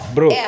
Bro